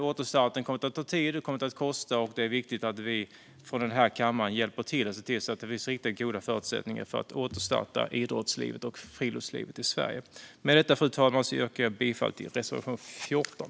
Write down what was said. Återstarten kommer att ta tid och kommer att kosta. Det är viktigt att vi i den här kammaren hjälper till och ser till att det finns riktigt goda förutsättningar för att återstarta idrottslivet och friluftslivet i Sverige. Fru talman! Med detta yrkar jag bifall till reservation 14.